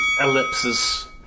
ellipsis